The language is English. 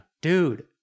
dude